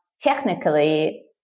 technically